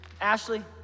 Ashley